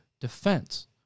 defense